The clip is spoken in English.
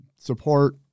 support